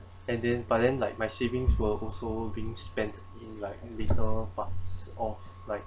and then but then like my savings were also being spent in like middle parts of